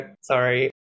sorry